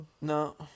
No